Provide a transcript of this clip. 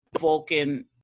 Vulcan